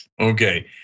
Okay